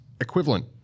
equivalent